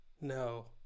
No